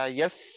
yes